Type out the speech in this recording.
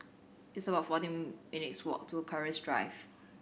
it's about fourteen minutes' walk to Keris Drive